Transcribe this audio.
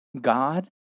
God